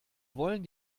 wollen